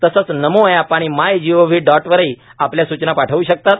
तसंच नमो ऐप आणि my gov dot वरही आपल्या सूचना पाठवू शततात